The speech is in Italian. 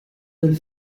del